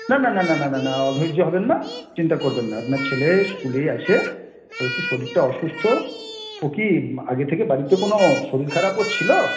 না না না না না না না অধৈর্য্য হবেন না চিন্তা করবেন না আপনার ছেলে স্কুলেই আছে ওর একটু শরীরটা অসুস্থ ও কি আগে থেকে বাড়িতে কোনো শরীর খারাপ ওর ছিলো